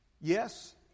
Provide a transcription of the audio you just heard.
Yes